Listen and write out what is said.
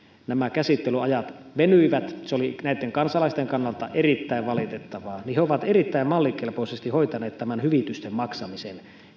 käsittelyajat venyivät se oli kansalaisten kannalta erittäin valitettavaa niin he ovat erittäin mallikelpoisesti hoitaneet tämän hyvitysten maksamisen